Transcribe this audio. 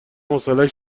حوصلش